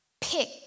pick